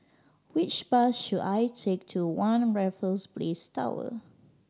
which bus should I take to One Raffles Place Tower